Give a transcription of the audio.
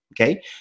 Okay